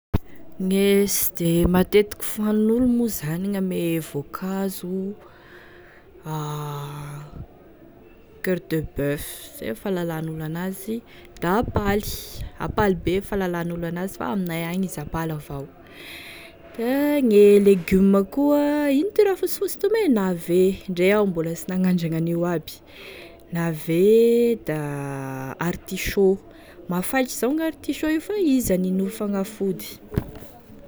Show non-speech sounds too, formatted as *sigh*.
Gne sy de matetiky fihoanin'olo moa zany gn'ame voankazo a *hesitation* coeur de boeuf zay fahalalan'olo anazy, da ampaly ampaly be e fahalalan'olo an'azy fa aminay agny izy ampaly avao, da gne legiome koa, ino ty raha fosifosy ty moa, navet ndre iaho mbola sy nagnandragny an'io aby, navet da artichaut, mafaitry avao gn'artichaut io fa izy anin'olo fagnafody.